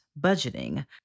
budgeting